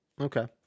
Okay